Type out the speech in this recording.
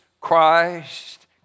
Christ